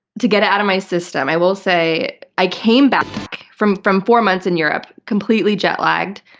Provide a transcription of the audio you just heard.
to get it out of my system, i will say i came back from from four months in europe, completely jet lagged,